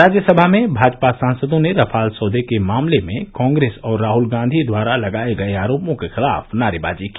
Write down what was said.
राज्यसभा में भाजपा सांसदो ने रफाल सौदे के मामले में कांग्रेस और राहुल गांधी द्वारा लगाये गये आरोपों के खिलाफ नारेबाजी की